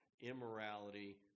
immorality